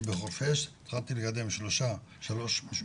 אני בחורפיש התחלתי לקדם תשעה